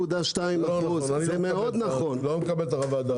0.2%. לא, אני לא מקבל את חוות הדעת הזאת.